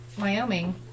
Wyoming